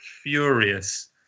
furious